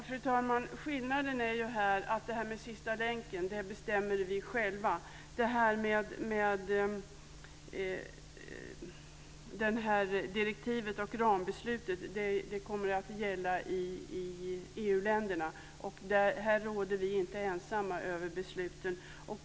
Fru talman! Skillnaden är att när det gäller sista länken bestämmer vi själva. Det här direktivet och rambeslutet kommer att gälla i EU-länderna, och här råder vi inte ensamma över besluten.